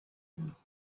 mehr